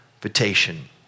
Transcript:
invitation